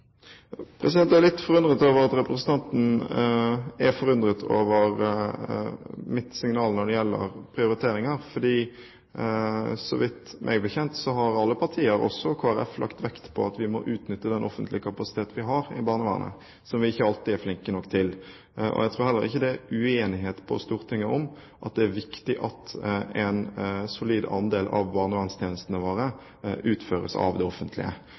Jeg er litt forundret over at representanten er forundret over mitt signal når det gjelder prioriteringer, for meg bekjent har alle partier, også Kristelig Folkeparti, lagt vekt på at vi må utnytte den offentlige kapasitet vi har i barnevernet, noe vi ikke alltid er flinke nok til. Jeg tror heller ikke det er uenighet på Stortinget om at det er viktig at en solid andel av barnevernstjenestene våre utføres av det offentlige.